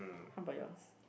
how about yours